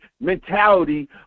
mentality